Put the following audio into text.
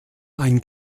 ein